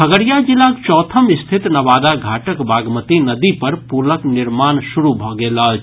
खगड़िया जिलाक चौथम स्थित नवादा घाटक बागमती नदी पर पुलक निर्माण शुरू भऽ गेल अछि